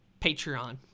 Patreon